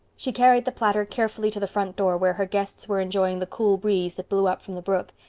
she carried the platter carefully to the front door where her guests were enjoying the cool breeze that blew up from the brook.